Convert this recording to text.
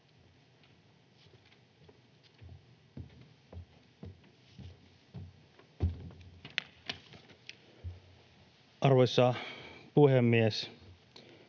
Arvoisa puhemies!